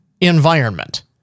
environment